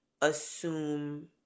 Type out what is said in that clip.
assume